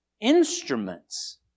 instruments